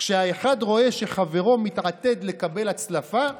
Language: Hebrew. כשהאחד רואה שחברו מתעתד לקבל הצלפה,